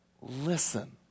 listen